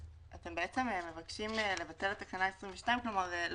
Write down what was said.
אתם מבקשים לבטל את תקנה 22, את